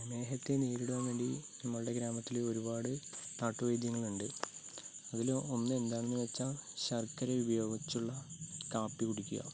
പ്രമേഹത്തെ നേരിടാൻ വേണ്ടി നമ്മളുടെ ഗ്രാമത്തിൽ ഒരുപാട് നാട്ട് വൈദ്യങ്ങളുണ്ട് അതിൽ ഒന്ന് എന്താണെന്നു വെച്ചാൽ ശർക്കര ഉപയോഗിച്ചിട്ടുള്ള കാപ്പി കുടിക്കുക